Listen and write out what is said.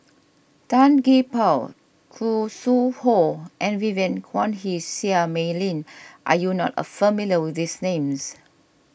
Tan Gee Paw Khoo Sui Hoe and Vivien Quahe Seah Mei Lin are you not familiar with these names